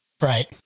Right